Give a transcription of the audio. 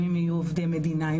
האם הם יהיו עובדי מדינה,